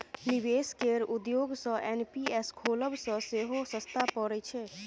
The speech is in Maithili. निबेश केर उद्देश्य सँ एन.पी.एस खोलब सँ सेहो सस्ता परय छै